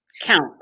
Count